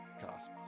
Cosmos